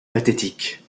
pathétique